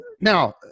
now